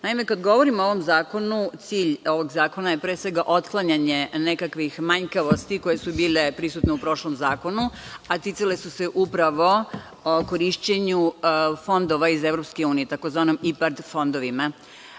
kada govorim o ovom zakonu, cilj ovog zakona je pre svega otklanjanje nekakvih manjkavosti koje su bile prisutne u prošlom zakonu, a ticale su se upravo korišćenja fondova iz EU, tzv. IPARD fondovima. Vrlo